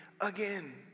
again